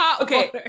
Okay